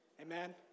Amen